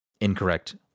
incorrect